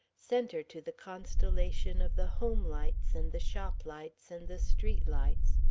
center to the constellation of the home lights and the shop lights and the street lights.